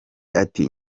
ati